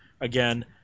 again